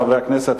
חברי חברי הכנסת,